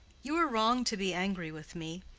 you are wrong to be angry with me.